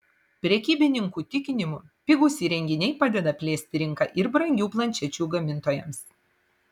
prekybininkų tikinimu pigūs įrenginiai padeda plėsti rinką ir brangių planšečių gamintojams